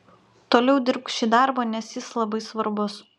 toliau dirbk šį darbą nes jis labai svarbus